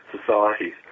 societies